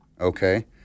Okay